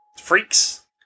Freaks